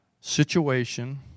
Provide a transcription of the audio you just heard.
situation